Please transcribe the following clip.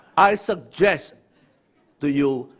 i suggest to you,